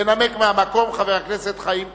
ינמק מהמקום חבר הכנסת חיים כץ.